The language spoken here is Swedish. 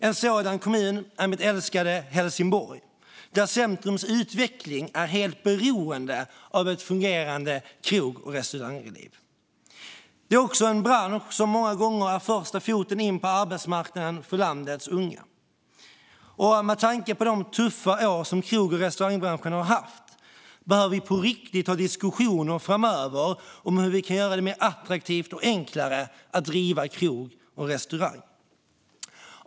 En sådan kommun är mitt älskade Helsingborg, där centrums utveckling är helt beroende av ett fungerande krog och restaurangliv. Det handlar också om en bransch som många gånger ger landets unga en möjlighet att få in den första foten på arbetsmarknaden. Med tanke på de tuffa år som krog och restaurangbranschen har haft behöver vi framöver på riktigt ha diskussioner om hur vi kan göra det attraktivare och enklare att driva krog och restaurang.